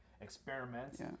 experiments